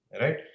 right